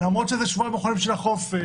למרות שזה שבועיים אחרונים של החופש,